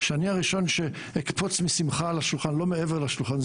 שאני הראשון שאקפוץ משמחה על השולחן לא מעבר לשולחן,